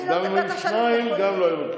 גם אם היו שניים, גם אם לא היו,